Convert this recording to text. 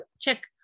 check